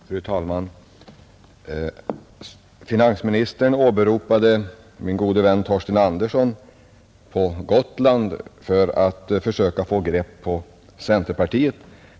Fru talman! Finansministern åberopade min gode vän Torsten Andersson på Gotland för att försöka få grepp på centerpartiet.